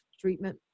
treatment